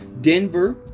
Denver